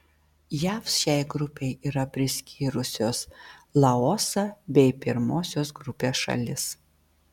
jav šiai grupei yra priskyrusios laosą bei pirmosios grupės šalis